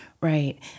Right